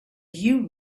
you